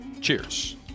cheers